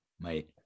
mate